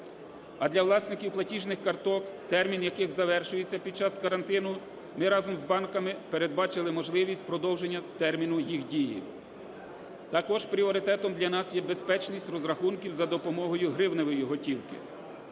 а для власників платіжних карток, термін яких завершується під час карантину, ми разом з банками передбачили можливість продовження терміну їх дії. Також пріоритетом для нас є безпечність розрахунків за допомогою гривневої готівки.